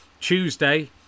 Tuesday